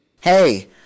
Hey